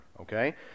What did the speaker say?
okay